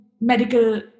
medical